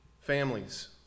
families